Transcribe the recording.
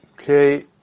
Okay